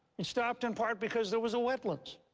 it stopped in part because there was a wetlands.